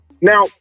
Now